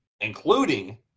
including